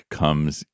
comes